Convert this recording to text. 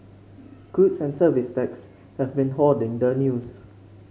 goods and Services Tax has been hoarding the news